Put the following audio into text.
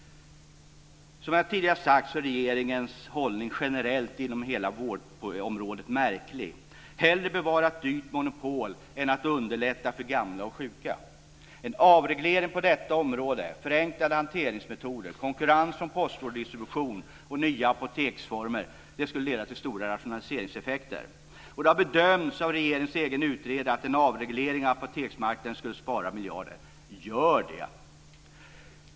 Som jag tidigare sagt är regeringens hållning generellt inom hela vårdområdet märklig: Hellre bevara ett dyrt monopol än underlätta för gamla och sjuka. En avreglering på detta område, förenklade hanteringsmetoder, konkurrens från postorderdistribution och nya apoteksformer skulle leda till stora rationaliseringseffekter. Det har bedömts av regeringens egen utredare att en avreglering av apoteksmarknaden skulle spara miljarder. Gör det!